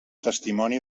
testimoni